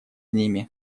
ними